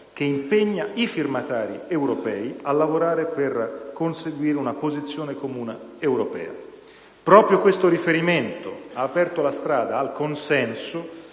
che impegna i firmatari europei a lavorare per conseguire una posizione comune europea. Proprio questo riferimento ha aperto la strada al consenso